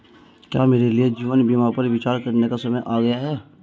क्या मेरे लिए जीवन बीमा पर विचार करने का समय आ गया है?